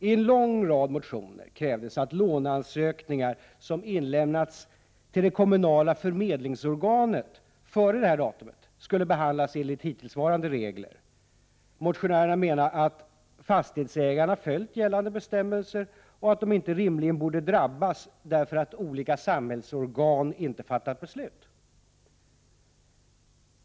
I en lång rad motioner krävdes att låneansökningar som inlämnats till det kommunala förmedlingsorganet före detta datum skulle behandlas enligt hittillsvarande regler. Motionärerna menade att fastighetsägarna följt gällande bestämmel ser och inte rimligen borde drabbas därför att olika samhällsorgan inte fattat beslut.